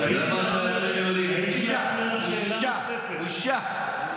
זה מה שאתם יודעים: בושה, בושה, בושה.